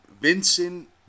Vincent